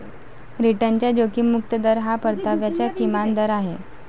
रिटर्नचा जोखीम मुक्त दर हा परताव्याचा किमान दर आहे